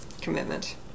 commitment